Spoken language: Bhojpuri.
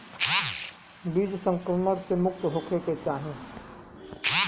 बीज संक्रमण से मुक्त होखे के चाही